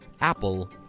Apple